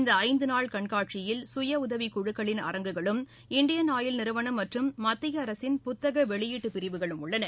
இந்த ஐந்து நாள் கண்காட்சியில் சுயஉதவிக் குழுக்களின் அரங்குகளும் இந்தியன் ஆயில் நிறுவனம் மற்றும் மத்திய அரசின் புத்தக வெளியீட்டுப் பிரிவுகளும் உள்ளன